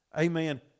Amen